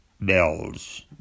bells